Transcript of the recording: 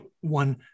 one